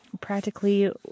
practically